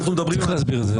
אתה צריך להסביר את זה.